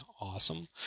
awesome